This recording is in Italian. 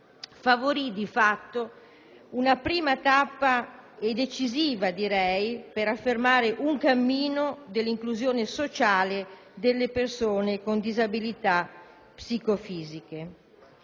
favorì di fatto una prima e decisiva tappa per affermare il cammino dell'inclusione sociale delle persone con disabilità psicofisiche.